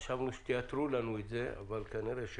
חשבנו שתיעתרו לנו לזה, אבל כנראה שלא.